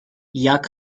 jak